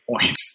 point